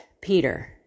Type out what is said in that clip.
Peter